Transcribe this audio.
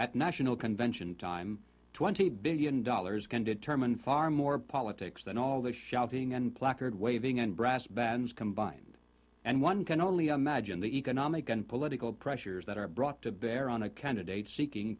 at national convention time twenty billion dollars can determine far more politics than all the shouting and placard waving and brass bands combined and one can only imagine the economic and political pressures that are brought to bear on a candidate seeking